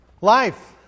Life